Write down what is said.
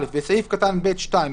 (א)בסעיף קטן (ב)(2),